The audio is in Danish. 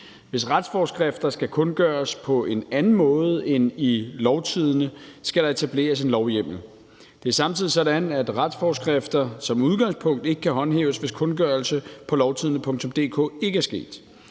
Hvis retsforskrifter skal kundgøres på en anden måde end i Lovtidende, skal der etableres en lovhjemmel. Det er samtidig sådan, at retsforskrifter som udgangspunkt ikke kan håndhæves, hvis kundgørelse på lovtidende.dk ikke er sket.